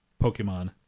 Pokemon